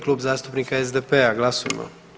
Klub zastupnika SDP-a, glasujmo.